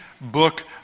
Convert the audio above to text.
book